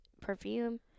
perfume